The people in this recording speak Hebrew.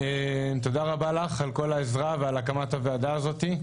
תודה רבה לך על כל העזרה ועל הקמת הוועדה הזאת.